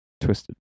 twisted